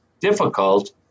difficult